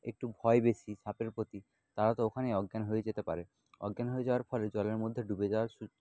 একটু ভয় বেশি সাপের প্রতি তারা তো ওখানেই অজ্ঞান হয়ে যেতে পারে অজ্ঞান হয়ে যাওয়ার ফলে জলের মধ্যে ডুবে যাওয়ার সু